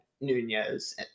Nunez